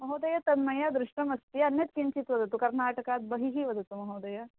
महोदय तत् मया दृष्टम् अस्ति अन्यत् किञ्चित् वदतु कर्नाटकात् बहिः वदतु महोदय